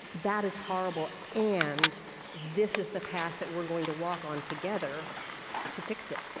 that is horrible. and this is the path that we're going to walk on together to fix it.